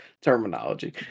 Terminology